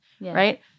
right